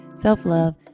self-love